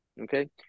Okay